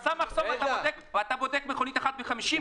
אתה שם מחסום ואתה בודק מכונית אחת מ-50?